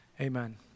amen